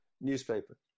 newspaper